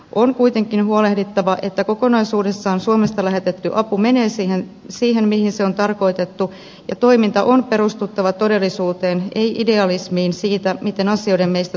on kuitenkin huolehdittava että kokonaisuudessaan suomesta lähetetty apu menee siihen mihin se on tarkoitettu ja toiminnan on perustuttava todellisuuteen ei idealismiin siitä miten asioiden meistä tulisi olla